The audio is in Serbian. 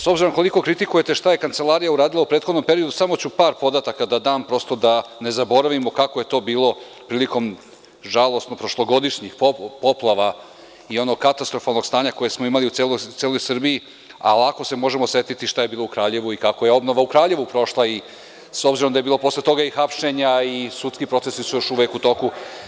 S obzirom koliko kritikujete šta je Kancelarija uradila u prethodnom periodu, samo ću par podataka da dam, prosto da ne zaboravio kako je to bilo prilikom prošlogodišnjih poplava i onog katastrofalnog stanja koje smo imali u celoj Srbiji, a lako se možemo setiti šta je bilo u Kraljevu i kako je obnova u Kraljevu prošla, s obzirom da je posle toga bilo i hapšenja i sudski procesi su još u toku.